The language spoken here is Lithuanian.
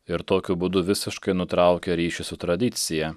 ir tokiu būdu visiškai nutraukė ryšius su tradicija